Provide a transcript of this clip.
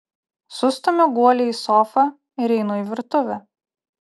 sustumiu guolį į sofą ir einu į virtuvę